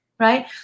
Right